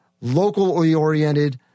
locally-oriented